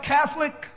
Catholic